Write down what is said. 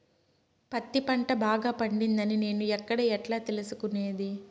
పత్తి పంట బాగా పండిందని నేను ఎక్కడ, ఎట్లా తెలుసుకునేది?